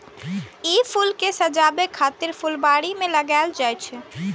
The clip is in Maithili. ई फूल कें सजाबै खातिर फुलबाड़ी मे लगाएल जाइ छै